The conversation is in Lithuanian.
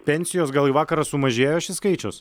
pensijos gal į vakarą sumažėjo šis skaičius